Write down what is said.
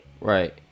Right